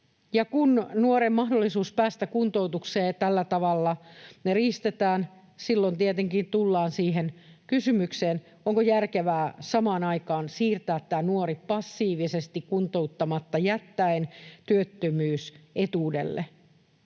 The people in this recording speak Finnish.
Kun nuoren mahdollisuus päästä kuntoutukseen tällä tavalla riistetään, silloin tietenkin tullaan siihen kysymykseen, onko järkevää samaan aikaan siirtää tämä nuori passiivisesti kuntouttamatta jättäen työttömyysetuudelle.